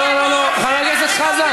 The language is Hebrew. חבר הכנסת פורר.